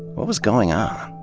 what was going on?